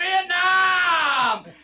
Vietnam